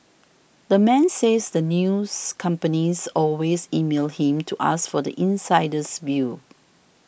the man says the news companies always email him to ask for the insider's view